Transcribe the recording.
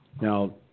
Now